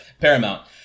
paramount